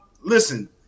listen